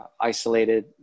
isolated